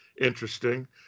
interesting